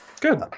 good